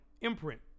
imprint